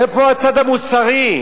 איפה הצד המוסרי?